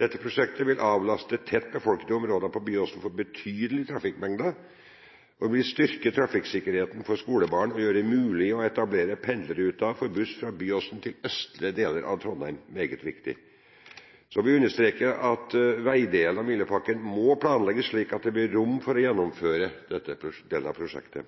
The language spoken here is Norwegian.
Dette prosjektet vil avlaste tett befolkede områder på Byåsen for en betydelig trafikkmengde, styrke trafikksikkerheten for skolebarn og gjøre det mulig å etablere pendlerruter for buss fra Byåsen til østlige deler av Trondheim – meget viktig. Så vil vi understreke at veidelen av miljøpakken må planlegges, slik at det blir rom for å gjennomføre denne delen av prosjektet.